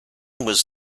was